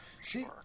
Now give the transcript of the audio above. See